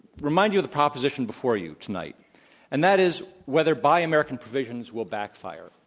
remind you of the proposition before you tonight and that is whether buy american provisions will backfire.